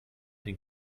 den